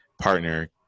partner